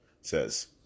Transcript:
Says